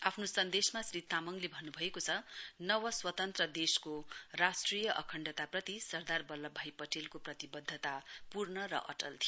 आफ्नो सन्देशमा श्री तामङले भन्नुभएको छ जव स्वतन्त्र देशको राष्ट्रिय अखण्डताप्रति सरदार वल्लभ भाई पटेलको प्रतिवध्दता पूर्ण र अटल थियो